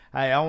Hey